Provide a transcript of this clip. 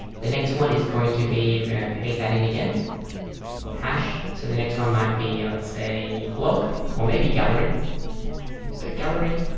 the next one is going to be we're gonna paste that in again hash so the next one might be let's say blog or maybe gallery so gallery